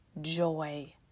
joy